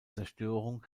zerstörung